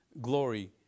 glory